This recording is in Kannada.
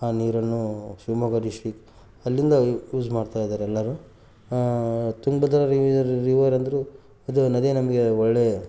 ಆ ನೀರನ್ನು ಶಿವಮೊಗ್ಗ ಡಿಸ್ಟಿಕ್ ಅಲ್ಲಿಂದ ಯೂಸ್ ಮಾಡ್ತಾ ಇದ್ದಾರೆ ಎಲ್ಲರೂ ತುಂಗಭದ್ರಾ ರಿವರ್ ಅಂದರೂ ಅದು ನದಿ ನಮಗೆ ಒಳ್ಳೆಯ